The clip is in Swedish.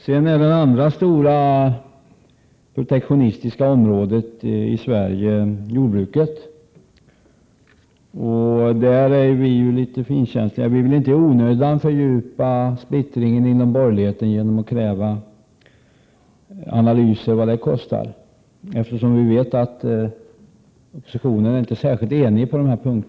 I fråga om det andra stora protektionsområdet i Sverige, jordbruket, är vi litet finkänsliga. Vi vill inte i onödan fördjupa splittringen inom borgerligheten genom att kräva analyser av vad detta kostar, eftersom vi vet att oppositionen inte är särskilt enig på denna punkt.